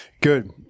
Good